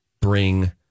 bring